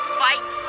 fight